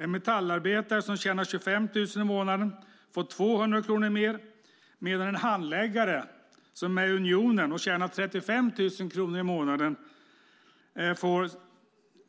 En metallarbetare som tjänar 25 000 kronor i månaden får 200 kronor mer, medan en handläggare som är med i Unionen och tjänar 35 000 kronor i månaden får